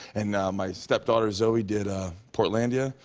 and my stepdaughter, zoe, did ah portlandia.